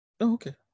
Okay